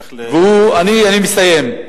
צריך, אני מסיים.